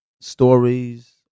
stories